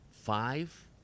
five